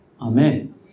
Amen